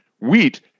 wheat